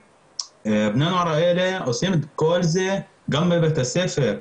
בני הנוער האלה עושים את כל זה גם בבית הספר.